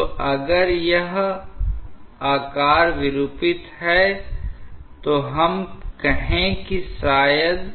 तो अगर यह आकार विरूपित है तो हम कहें कि शायद